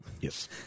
Yes